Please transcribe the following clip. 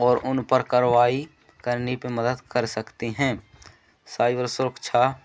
और उनपर करवाई करने पर मदद कर सकते हैं साइबर सरक्षा